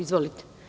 Izvolite.